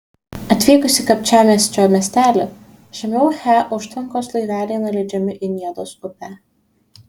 atvykus į kapčiamiesčio miestelį žemiau he užtvankos laiveliai nuleidžiami į niedos upę